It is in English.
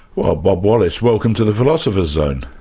well bob wallace, welcome to the philosopher's zone.